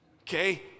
okay